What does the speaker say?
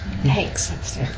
Thanks